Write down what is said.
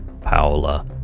Paola